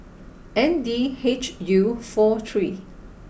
N D H U four three